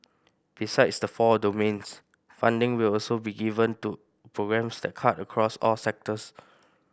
besides the four domains funding will also be given to programmes that cut across all sectors